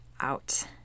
out